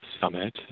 summit